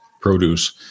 produce